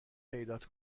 پیدات